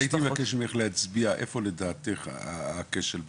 הייתי מבקש ממך להצביע איפה לדעתך הכשל ברפורמה.